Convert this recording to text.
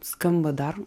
skamba dar